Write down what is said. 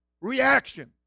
reaction